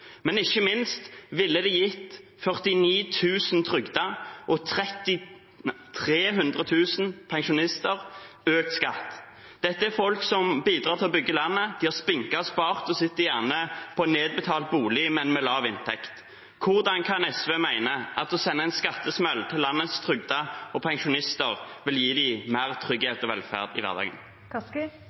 Men ikke minst ville det gitt 49 000 trygdede og 300 000 pensjonister økt skatt. Dette er folk som har bidratt til å bygge landet, de har spinket og spart og sitter gjerne med en nedbetalt bolig, men med lav inntekt. Hvordan kan SV mene at å sende en skattesmell til landets trygdede og pensjonister vil gi dem mer trygghet og velferd i hverdagen?